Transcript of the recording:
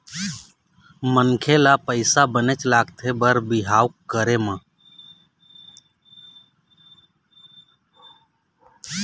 मनखे ल पइसा बनेच लगथे बर बिहाव के करे म